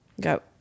go